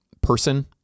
person